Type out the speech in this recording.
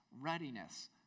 readiness